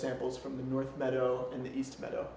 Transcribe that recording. samples from the north meadow in the east meadow